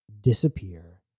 disappear